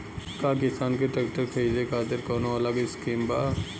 का किसान के ट्रैक्टर खरीदे खातिर कौनो अलग स्किम बा?